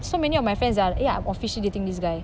so many of my friends are ya officially dating this guy